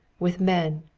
with men,